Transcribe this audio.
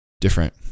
different